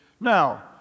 Now